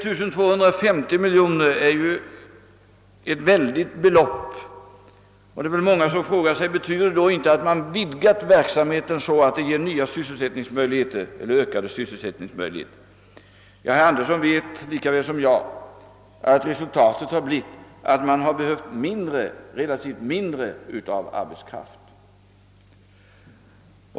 Detta är ett väldigt belopp, och många frågar sig säkerligen: Betyder det inte att man har vidgat verksamheten så att den ger ökade sysselsättningsmöjligheter? Men herr Andersson i Luleå vet lika väl som jag att resultatet i stället har blivit att man behövt relativt mindre med arbetskraft.